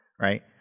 Right